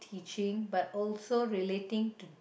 teaching but also relating to